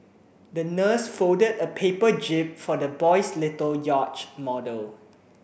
the nurse folded a paper jib for the boy's little yacht model